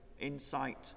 insight